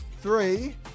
three